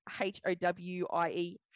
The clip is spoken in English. H-O-W-I-E